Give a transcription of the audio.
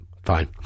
Fine